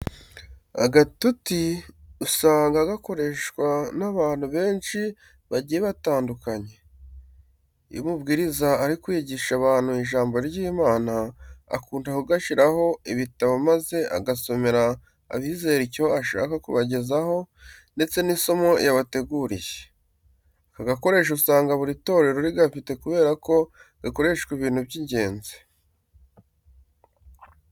Agatuti usanga gakoreshwa n'abantu benshi bagiye batandukanye. Iyo umubwiriza ari kwigisha abantu ijambo ry'Imana, akunda kugashyiraho ibitabo maze agasomera abizera icyo ashaka kubagezaho ndetse n'isomo yabateguriye. Aka gakoresho usanga buri torero rigafite kubera ko gakoreshwa ibintu by'ingenzi.